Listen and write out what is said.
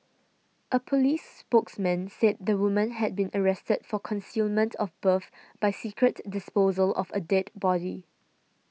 a police spokesman said the woman had been arrested for concealment of birth by secret disposal of a dead body